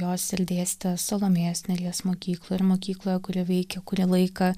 jos ir dėstė salomėjos nėries mokykloj ir mokykloje kuri veikė kurį laiką